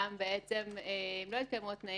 גם אם לא התקיימו התנאים,